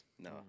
No